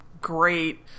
great